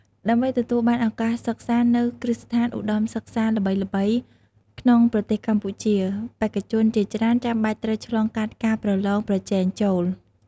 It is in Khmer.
ដើម្បីទទួលបានឱកាសសិក្សានៅគ្រឹះស្ថានឧត្តមសិក្សាល្បីៗក្នុងប្រទេសកម្ពុជា បេក្ខជនជាច្រើនចាំបាច់ត្រូវឆ្លងកាត់ការប្រឡងប្រជែងចូល។